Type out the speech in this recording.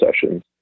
sessions